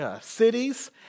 cities